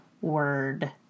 word